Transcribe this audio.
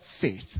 faith